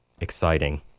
Exciting